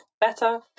better